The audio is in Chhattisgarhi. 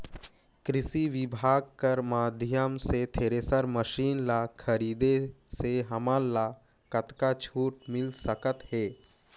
कृषि विभाग कर माध्यम से थरेसर मशीन ला खरीदे से हमन ला कतका छूट मिल सकत हे?